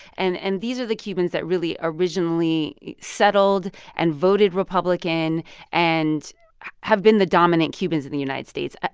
and and these are the cubans that really originally settled and voted republican and have been the dominant cubans in the united states. ah